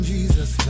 Jesus